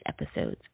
episodes